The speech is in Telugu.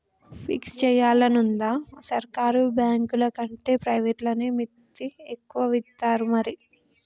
ఫిక్స్ జేయాలనుందా, సర్కారు బాంకులకంటే ప్రైవేట్లనే మిత్తి ఎక్కువిత్తరు మరి